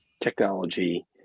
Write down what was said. technology